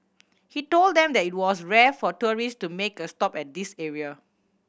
he told them that it was rare for tourist to make a stop at this area